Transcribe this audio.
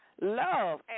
love